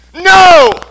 No